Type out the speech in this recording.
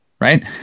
right